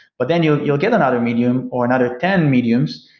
but then you'll you'll get another medium or another ten mediums,